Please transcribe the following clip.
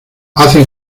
hacen